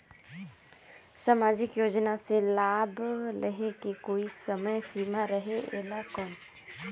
समाजिक योजना मे लाभ लहे के कोई समय सीमा रहे एला कौन?